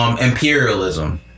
imperialism